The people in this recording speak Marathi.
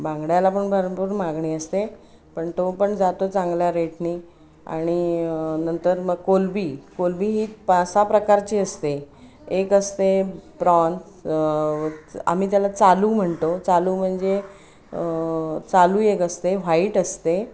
बांगड्याला पण भरपूर मागणी असते पण तो पण जातो चांगल्या रेटने आणि नंतर मग कोलंबी कोलंबी ही पाच सहा प्रकारची असते एक असते प्रॉन आम्ही त्याला चालू म्हणतो चालू म्हणजे चालू एक असते व्हाईट असते